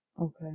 Okay